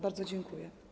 Bardzo dziękuję.